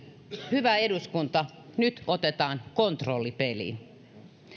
hyvä eduskunta nyt otetaan kontrolli peliin